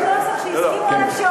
יש נוסח שהסכימו עליו.